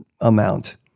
amount